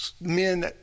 men